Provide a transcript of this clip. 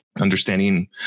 understanding